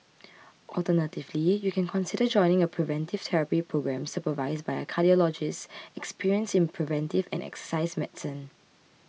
alternatively you can consider joining a preventive therapy programme supervised by a cardiologist experienced in preventive and exercise medicine